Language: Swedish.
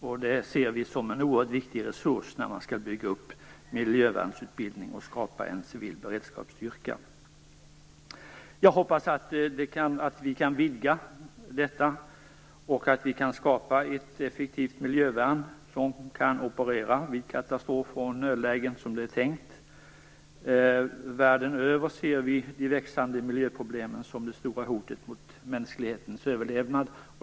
Vi ser detta som en oerhört viktig resurs vid uppbyggnad av miljövärnsutbildning och skapandet av en civil beredskapsstyrka. Jag hoppas att vi kan vidga frågan och skapa ett effektivt miljövärn som kan operera som det är tänkt vid katastrofer och nödlägen. Världen över ser vi de växande miljöproblemen som det stora hotet mot mänsklighetens överlevnad.